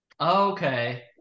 Okay